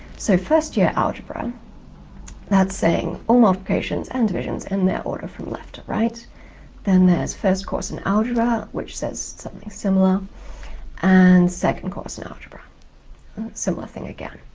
so first year algebra that's saying all multiplications and divisions in their order from left to right then there's first course in algebra which says something similar and second course in algebra similar thing again.